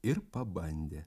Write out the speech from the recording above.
ir pabandė